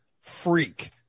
freak